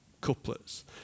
couplets